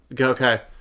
Okay